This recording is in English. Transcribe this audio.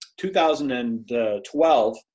2012